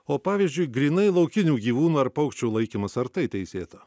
o pavyzdžiui grynai laukinių gyvūnų ar paukščių laikymas ar tai teisėta